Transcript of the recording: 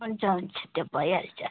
हुन्छ हुन्छ त्यो भइहाल्छ